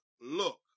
look